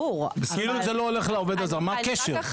כאילו זה לא הולך לעובד הזר, מה הקשר?